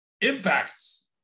impacts